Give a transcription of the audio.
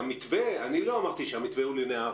אני לא אמרתי שהמתווה הוא לינארי.